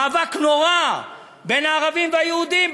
מאבק נורא בין הערבים ליהודים,